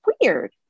weird